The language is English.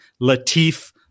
Latif